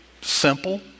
simple